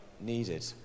needed